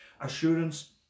Assurance